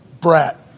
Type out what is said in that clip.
brat